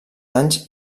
anys